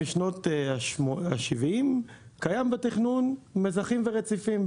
משנות ה-70 קיימים בתכנון מזחים ורציפים.